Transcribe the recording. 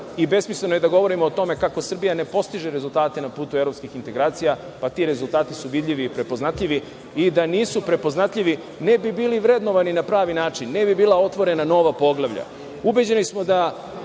Besmisleno je i da govorimo o tome kako Srbija ne postiže rezultate na putu evropskih integracija. Pa, ti rezultati su vidljivi i prepoznatljivi. I da nisu prepoznatljivi, ne bi bili vrednovani na pravi način, ne bi bila otvorena nova poglavlja. Ubeđeni smo da